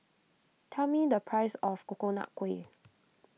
tell me the price of Coconut Kuih